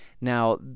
Now